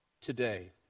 today